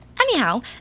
Anyhow